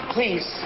Please